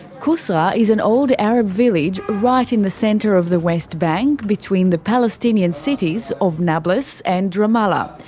kusra is an old arab village right in the centre of the west bank between the palestinian cities of nablus and ramallah.